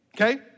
Okay